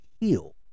heal